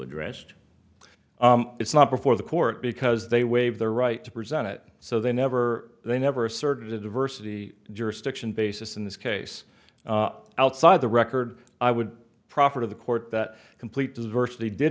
address it's not before the court because they waive their right to present it so they never they never asserted diversity jurisdiction basis in this case outside the record i would profit of the court that complete diversity did